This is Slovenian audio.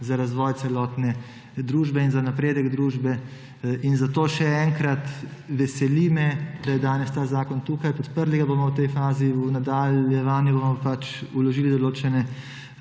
za razvoj celotne družbe in za napredek družbe. Zato še enkrat, veseli me, da je danes ta zakon tukaj, podprli ga bomo v tej fazi, v nadaljevanju bomo pač vložili določene